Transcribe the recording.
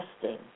testing